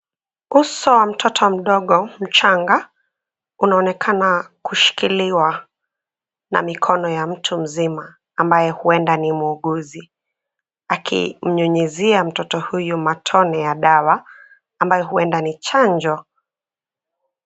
Uso wa mtoto mdogo mchanga unaonekana kushikiliwa na mikono ya mtu mzima ambaye huenda ni muuguzi akinyunyuzia mtoto huyu matone ya dawa ambayo huenda ni chanjo.